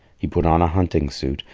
he put on a hunting suit,